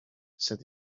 said